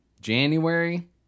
January